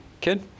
kid